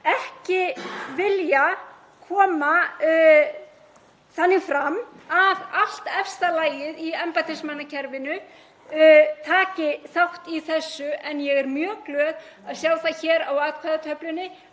ekki viljað hafa það þannig að allt efsta lagið í embættismannakerfinu tæki þátt í þessu. En ég er mjög glöð að sjá það hér á atkvæðatöflunni